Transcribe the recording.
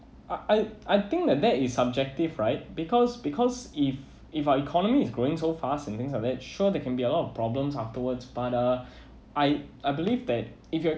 I I think that is subjective right because because if if our economy is growing so fast and things like that sure that can be a lot of problems afterwards but uh I I believe that if you are